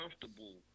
comfortable